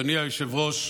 אדוני היושב-ראש,